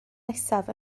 nesaf